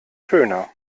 schöner